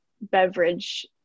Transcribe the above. beverage